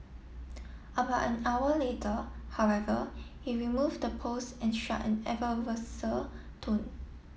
about an hour later however he removed the post and struck an adversarial tone